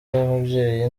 z’ababyeyi